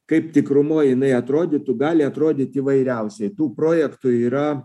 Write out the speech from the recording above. kaip tikrumu jinai atrodytų gali atrodyti įvairiausiai tų projektų yra